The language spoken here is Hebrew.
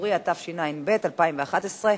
(ייחוד עילה לנפגעי פעולות איבה), התשע"ב 2011,